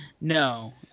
No